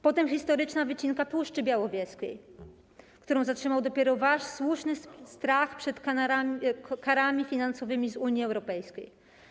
Potem historyczna wycinka Puszczy Białowieskiej, którą zatrzymał dopiero wasz słuszny strach przed karami finansowymi z Unii Europejskiej.